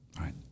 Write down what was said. right